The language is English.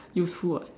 useful [what]